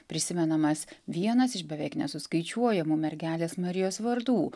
prisimenamas vienas iš beveik nesuskaičiuojamų mergelės marijos vardų